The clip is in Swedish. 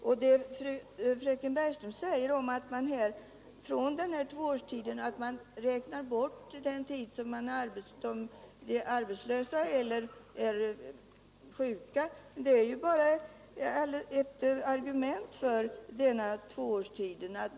Vad fröken Bergström säger om att man räknar bort den tid som vederbörande varit arbetslösa eller sjuka är ju bara ett argument för tvåårstiden.